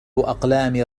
أقلام